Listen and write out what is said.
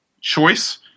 choice